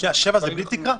7 זה בלי תקרה?